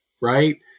right